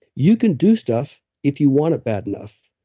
you can do stuff if you want it bad enough,